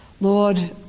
Lord